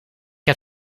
heb